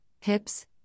hips